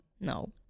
no